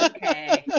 Okay